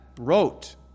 wrote